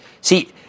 See